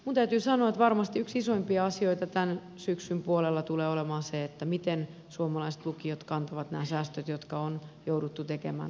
minun täytyy sanoa että varmasti yksi isoimpia asioita tämän syksyn puolella tulee olemaan se miten suomalaiset lukiot kantavat nämä säästöt jotka on jouduttu tekemään tällä hallituskaudella